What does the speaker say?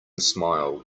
smile